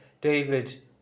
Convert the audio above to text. David